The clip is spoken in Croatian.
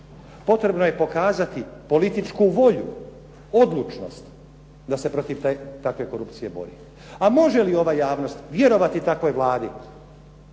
Potrebno je pokazati političku volju, odlučnost da se protiv takve korupcije bori. A može li ova javnost vjerovati takvoj Vladi